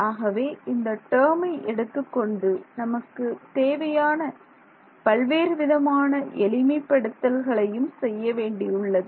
ஆகவே இந்த டேர்மை எடுத்துக்கொண்டு நமக்குத் தேவையான பல்வேறு விதமான எளிமைப்படுத்தல்களையும் செய்யவேண்டியுள்ளது